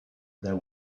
there